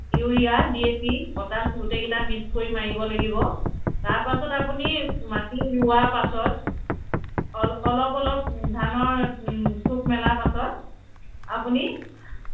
urea ডিএচই potash গোটেইকেইটা mix কৰি মাৰিব লাগিব তাৰ পাছত আপুনি মাটি ৰোৱাৰ পাছত অ অলপ অলপ ধানৰ থোক মেলাৰ পাছত আপুনি